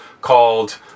called